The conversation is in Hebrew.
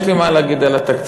יש לי מה להגיד על התקציב.